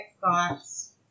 thoughts